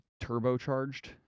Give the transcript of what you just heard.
turbocharged